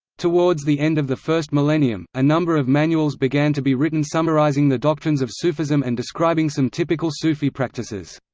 towards the end of the first millennium, a number of manuals began to be written summarizing the doctrines of sufism and describing some typical sufi practices.